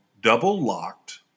double-locked